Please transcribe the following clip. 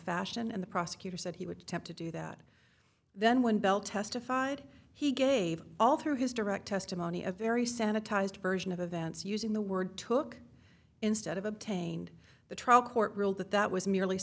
fashion and the prosecutor said he would have to do that then when bell testified he gave all his direct testimony a very sanitized version of events using the word took instead of obtained the trial court ruled that that was merely